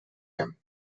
him